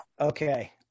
Okay